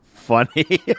funny